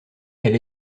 elle